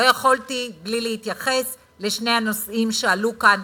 לא יכולתי בלי להתייחס לשני הנושאים שעלו כאן,